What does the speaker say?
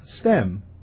stem